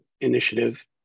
Initiative